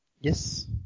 Yes